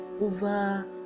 over